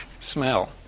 smell